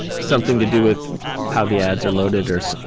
something to do with how the ads are loaded or so